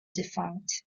defunct